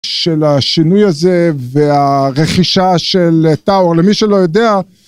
של השינוי הזה והרכישה של טאור למי שלא יודע.